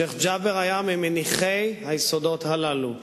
שיח' ג'בר היה ממניחי היסודות הללו.